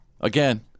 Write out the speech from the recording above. Again